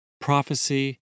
prophecy